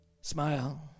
Smile